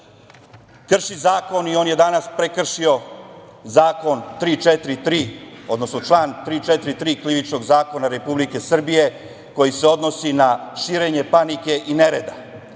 Krši zakon i on je danas prekršio član 343. Krivičnog zakona Republike Srbije koji se odnosi na širenje panike i nereda,